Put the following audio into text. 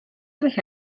through